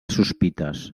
sospites